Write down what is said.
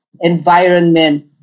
environment